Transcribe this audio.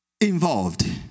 involved